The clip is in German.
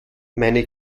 meine